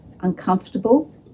uncomfortable